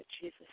Jesus